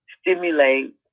stimulate